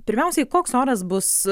pirmiausiai koks oras bus